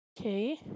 Okay